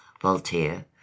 Voltaire